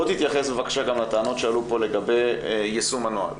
תתייחס בבקשה לטענות שעלו פה לגבי יישום הנוהל.